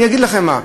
אני אגיד לכם מה,